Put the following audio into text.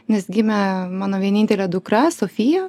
nes gimė mano vienintelė dukra sofija